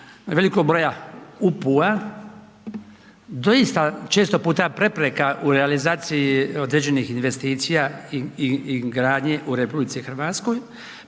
velikog broja UPU-a doista često puta prepreka u realizaciji određenih investicija i gradnji u RH pa smo